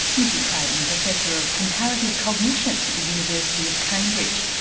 nicky clayton, professor of comparative cognition at the university of cambridge.